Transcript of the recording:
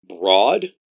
broad